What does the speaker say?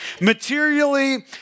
Materially